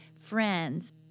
friends